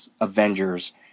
Avengers